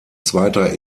zweiter